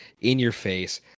in-your-face